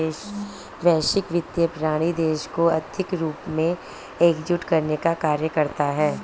वैश्विक वित्तीय प्रणाली देशों को आर्थिक रूप से एकजुट करने का कार्य करता है